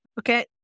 Okay